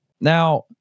Now